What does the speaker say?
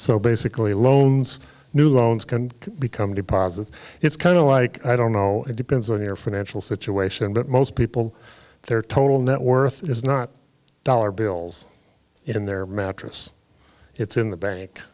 so basically loans new loans can become deposits it's kind of like i don't know it depends on your financial situation but most people their total net worth is not dollar bills in their mattress it's in the bank